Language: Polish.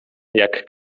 jak